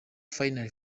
finally